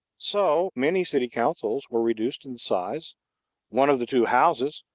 so, many city councils were reduced in size one of the two houses,